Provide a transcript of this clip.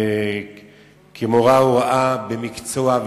כמורה הוראה במקצוע,